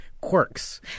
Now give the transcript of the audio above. quirks